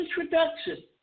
introduction